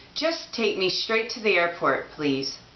just take me straight to the airport, please.